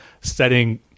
setting